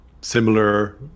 similar